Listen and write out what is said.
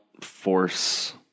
force